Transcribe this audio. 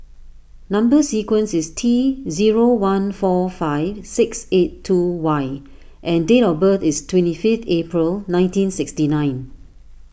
Number Sequence is T zero one four five six eight two Y and date of birth is twenty fifth April nineteen sixty nine